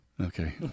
Okay